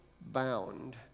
bound